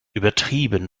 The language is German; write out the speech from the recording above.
übertrieben